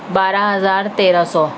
بارہ ہزار تیرہ سو